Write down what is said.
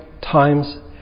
times